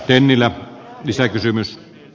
arvoisa puhemies